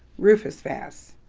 rufus vass.